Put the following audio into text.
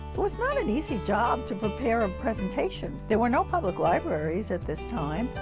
it was not an easy job to prepare a presentation, there were no public libraries at this time.